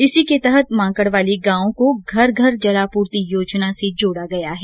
इसी के तहत माकडवाली गांव को घर घर जलापूर्ति योजना से जोडा गया है